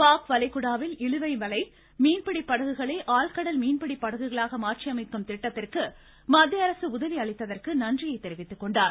பாக் வளைகுடாவில் இழுவை வலை மீன்பிடி படகுகளை ஆழ்கடல் மீன்பிடி படகுகளாக மாற்றியமைக்கும் திட்டத்திற்கு மத்திய அரசு உதவி அளித்ததற்கு நன்றியை தெரிவித்துக்கொண்டார்